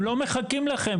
הם לא מחכים לכם.